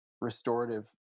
restorative